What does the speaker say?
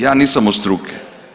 Ja nisam od struke.